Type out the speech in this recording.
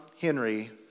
Henry